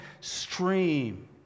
stream